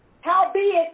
howbeit